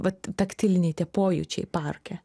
vat taktiliniai tie pojūčiai parke